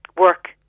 work